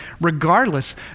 regardless